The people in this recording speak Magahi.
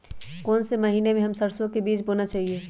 कौन से महीने में हम सरसो का बीज बोना चाहिए?